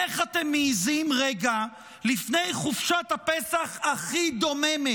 איך אתם מעיזים, רגע לפני חופשת הפסח הכי דוממת